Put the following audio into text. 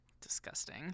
Disgusting